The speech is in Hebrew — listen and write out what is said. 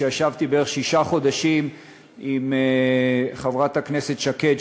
שישב בערך שישה חודשים עם חברת הכנסת שקד,